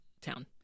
town